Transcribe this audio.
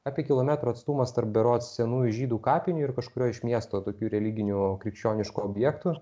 apie kilometro atstumas tarp berods senųjų žydų kapinių ir kažkurio iš miesto tokių religinių krikščioniškų objektų